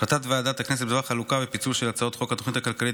החלטת ועדת הכנסת בדבר חלוקה ופיצול של הצעות חוק התוכנית הכלכלית